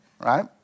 right